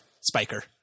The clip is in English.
Spiker